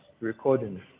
Recording